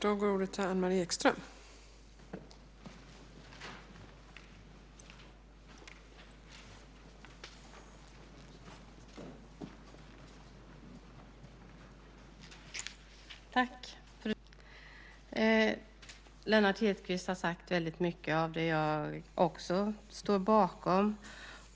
Fru talman! Lennart Hedquist har sagt väldigt mycket som jag också står bakom.